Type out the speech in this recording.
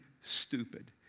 stupid